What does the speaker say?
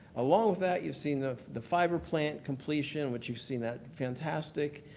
along with that you've seen the the fiber plant completion, which you've seen that fantastic,